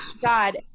God